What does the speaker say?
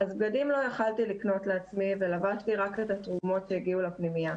אז בגדים לא יכולתי לקנות לעצמי ולבשתי רק את התרומות שהגיעו לפנימייה.